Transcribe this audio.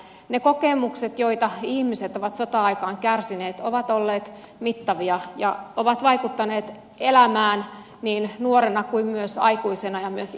ne kokemukset joita ihmiset ovat sota aikaan kärsineet ovat olleet mittavia ja ovat vaikuttaneet elämään niin nuorena kuin myös aikuisena ja myös ikääntyneenä